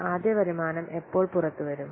ആദ്യ വരുമാനം എപ്പോൾ പുറത്തുവരും